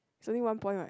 only one point right